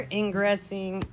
ingressing